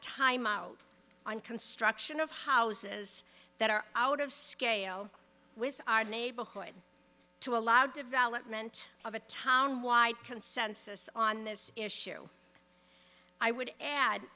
timeout on construction of houses that are out of scale with our neighborhood to allow development of a town wide consensus on this issue i would add